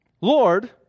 Lord